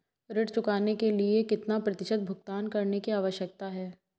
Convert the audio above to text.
ऋण चुकाने के लिए कितना प्रतिशत भुगतान करने की आवश्यकता है?